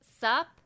sup